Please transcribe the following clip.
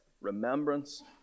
remembrance